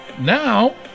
Now